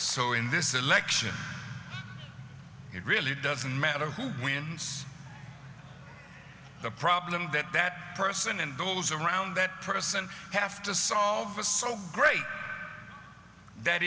so in this election it really doesn't matter who wins the problem that that person and those around that person have to solve a so great that